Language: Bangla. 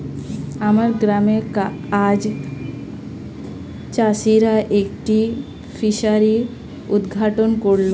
আমার গ্রামে আজ চাষিরা একটি ফিসারি উদ্ঘাটন করল